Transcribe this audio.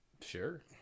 Sure